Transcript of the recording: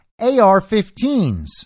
AR-15s